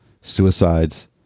suicides